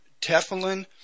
Teflon